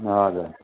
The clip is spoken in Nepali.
हजुर